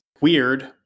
weird